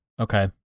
Okay